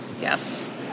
Yes